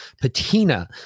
patina